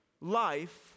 life